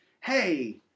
hey